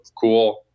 cool